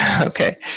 Okay